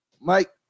Mike